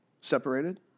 separated